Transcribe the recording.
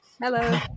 Hello